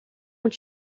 ont